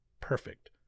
perfect